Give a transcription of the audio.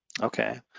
Okay